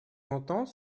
longtemps